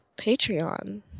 Patreon